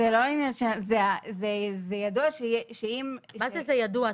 זה ידוע שככל שמתמשכים --- מה זה 'זה ידוע'?